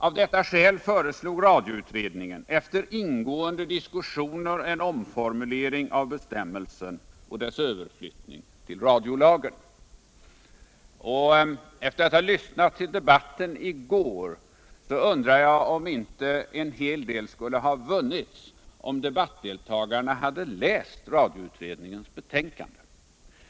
Av detta skäl föreslog radiout Efter att ha lyssnat till debatten i går undrar jag om inte en hel del skulle ha vunnits om debattdeltagarna hade läst radioutredningens betänkanden.